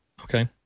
Okay